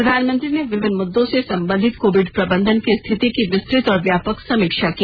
प्रधानमंत्री ने विभिन्न मुद्दों से संबंधित कोविड प्रबंधन की स्थिति की विस्तृत और व्यापक समीक्षा की